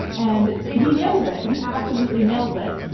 and he nails it. he absolutely nails it.